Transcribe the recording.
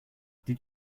did